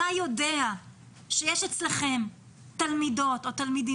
אתה יודע שיש אצלכם תלמידות ותלמידים